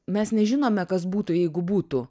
mes nežinome kas būtų jeigu būtų